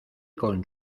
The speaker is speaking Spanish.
con